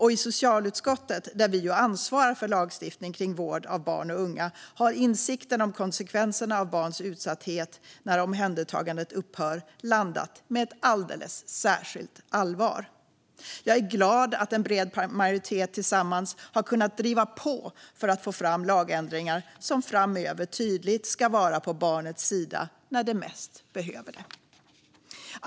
I socialutskottet, där vi ju ansvarar för lagstiftning kring vård av barn och unga, har insikten om konsekvenserna av barns utsatthet när omhändertagandet upphör landat med ett alldeles särskilt allvar. Jag är glad att en bred majoritet tillsammans har kunnat driva på för att få fram lagändringar som framöver tydligt ska vara på barnets sida när det som mest behöver det.